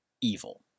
evil